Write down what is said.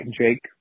Jake